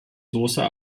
sauce